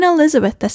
Elizabeth